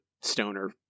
stoner